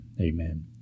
amen